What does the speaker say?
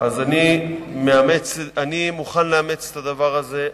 אני מוכן לאמץ את הדבר הזה.